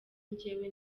njyewe